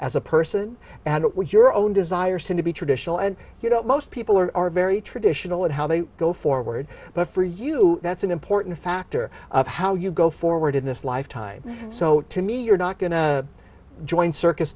as a person and what your own desire said to be traditional and you know most people are very traditional at how they go forward but for you that's an important factor of how you go forward in this life time so to me you're not going to join circus